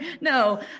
No